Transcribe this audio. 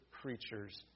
creatures